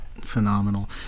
Phenomenal